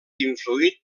influït